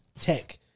tech